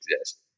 exist